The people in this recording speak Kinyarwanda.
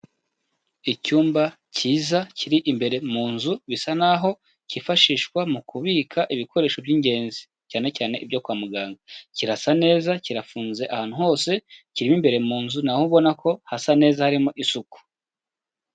Icyumba cyiza kiri imbere mu nzu bisa naho kifashishwa mu kubika ibikoresho by'ingenzi cyane cyane ibyo kwa muganga. Kirasa neza, kirafunze ahantu hose kirimo imbere mu nzu, na ho ubona ko hasa neza harimo isuku.